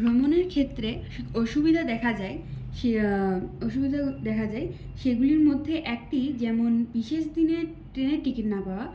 ভ্রমণের ক্ষেত্রে অসুবিধা দেখা যায় সে অসুবিধা দেখা যায় সেইগুলির মধ্যে একটি যেমন বিশেষ দিনে ট্রেনের টিকিট না পাওয়া